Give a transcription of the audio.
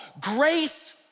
grace